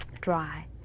dry